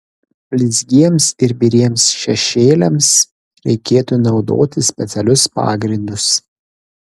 blizgiems ir biriems šešėliams reikėtų naudoti specialius pagrindus